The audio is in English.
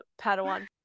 Padawan